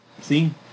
see